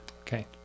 Okay